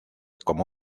como